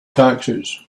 taxes